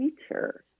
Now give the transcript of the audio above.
teacher